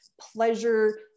pleasure